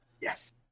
yes